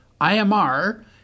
IMR